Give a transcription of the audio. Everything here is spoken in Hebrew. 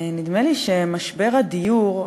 נדמה לי שמשבר הדיור,